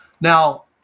Now